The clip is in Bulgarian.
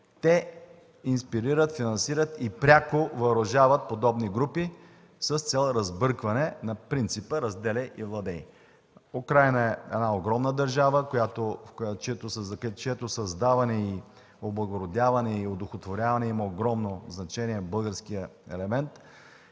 Те инспирират, финансират и пряко въоръжават подобни групи с цел разбъркване, на принципа „разделяй и владей”. Украйна е една огромна държава, в чието създаване, облагородяване и одухотворяване има огромно значение българският елемент.